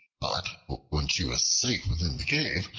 but when she was safe within the cave,